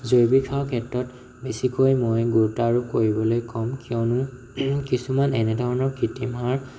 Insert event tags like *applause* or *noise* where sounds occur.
জৈৱিক সাৰৰ ক্ষেত্ৰত বেছিকৈ মই *unintelligible* কৰিবলৈ ক'ম কিয়নো কিছুমান এনেধৰণৰ কৃত্ৰিম সাৰ